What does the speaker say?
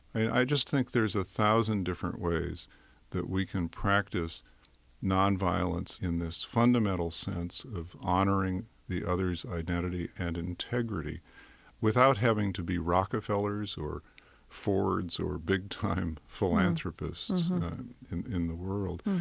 i just think there's a thousand different ways that we can practice nonviolence in this fundamental sense of honoring the other's identity and integrity without having to be rockefellers or fords or big-time philanthropists in in the world,